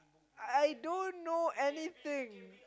I don't know anything